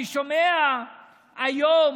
אני שומע היום